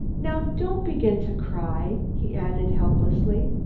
now, don't begin to cry, he added helplessly.